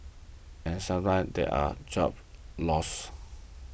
and sometimes there were job losses